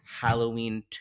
halloween